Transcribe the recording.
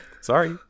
Sorry